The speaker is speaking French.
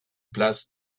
place